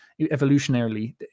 evolutionarily